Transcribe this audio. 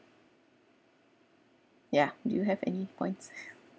ya do you have any points